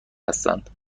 هستند